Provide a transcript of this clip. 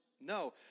No